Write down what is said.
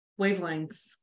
wavelengths